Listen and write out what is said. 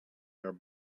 your